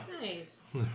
Nice